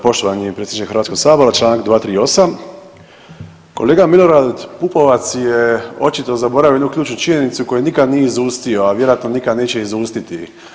Poštovani predsjedniče Hrvatskog sabora Članak 238., kolega Milorad Pupovac je očito zaboravio jednu ključnu činjenicu koju nikad nije izustio, a vjerojatno nikad neće izustiti.